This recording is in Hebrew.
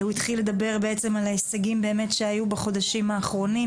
הוא התחיל לדבר בעצם על ההישגים באמת שהיו בחודשים האחרונים,